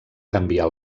canviar